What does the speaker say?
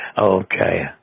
Okay